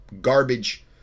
garbage